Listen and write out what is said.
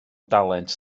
dalent